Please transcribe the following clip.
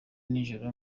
nijoro